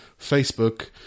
Facebook